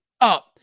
up